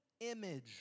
image